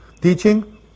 teaching